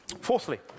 Fourthly